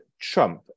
Trump